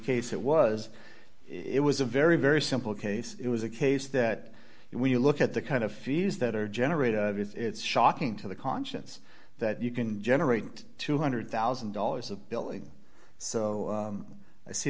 case it was it was a very very simple case it was a case that when you look at the kind of fees that are generated it's shocking to the conscience that you can generate two hundred thousand dollars of billing so i see